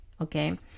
Okay